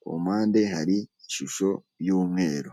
ku mpande hari ishusho y'umweru.